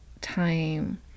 time